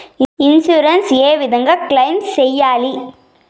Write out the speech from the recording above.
Insurance ఏ విధంగా claim సేయాలి?